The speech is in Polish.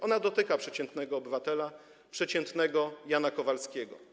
Ona dotyka przeciętnego obywatela, przeciętnego Jana Kowalskiego.